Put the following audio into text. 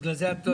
למה את לא מנמקת?